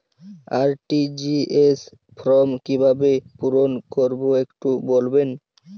RTGS form কিভাবে পূরণ করবো একটু বলবেন?